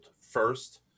first